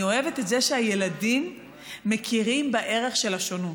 אני אוהבת את זה שהילדים מכירים בערך של השונות.